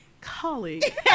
colleague